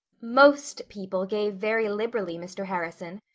most people gave very liberally, mr. harrison.